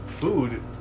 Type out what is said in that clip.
food